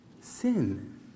Sin